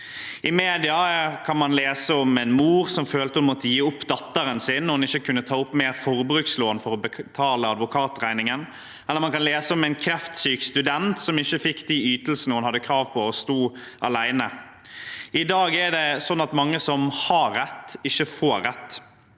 I media kan man lese om en mor som følte at hun måtte gi opp datteren sin da hun ikke kunne ta opp mer forbrukslån for å betale advokatregningen, eller man kan lese om en kreftsyk student som ikke fikk de ytelsene hun hadde krav på, og sto alene. I dag er det sånn at mange som har rett, ikke får rett.